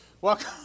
Welcome